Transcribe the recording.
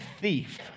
thief